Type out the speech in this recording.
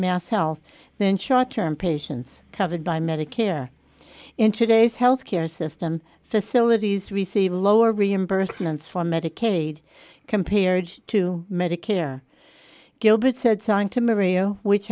mass health than short term patients covered by medicare intraday health care system facilities receive lower reimbursements for medicaid compared to medicare gilbert said santa maria which